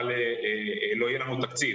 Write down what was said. לא יהיה לנו תקציב.